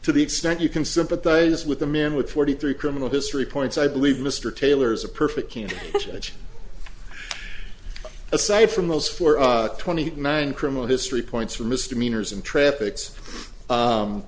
to the extent you can sympathize with a man with forty three criminal history points i believe mr taylor's a perfect can't judge aside from those for us twenty nine criminal history points for misdemeanors and traffic's